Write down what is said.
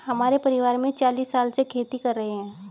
हमारे परिवार में चालीस साल से खेती कर रहे हैं